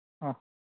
ആ